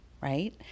Right